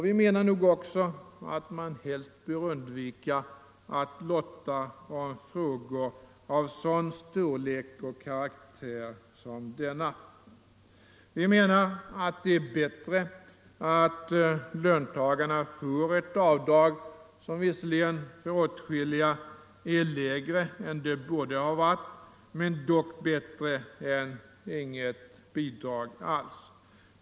Vi menar också att man helst bör undvika att lotta om frågor av sådan storlek och karaktär som denna. Vi anser att det är bättre att löntagarna får ett avdrag, som visserligen för åtskilliga är lägre än det borde ha varit men dock bättre än inget bidrag alls.